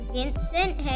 Vincent